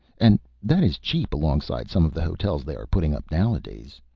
and that is cheap alongside some of the hotels they are putting up nowadays.